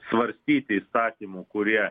svarstyti įstatymų kurie